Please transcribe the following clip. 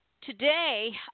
Today